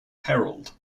herald